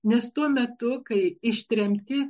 nes tuo metu kai ištremti